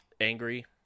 Angry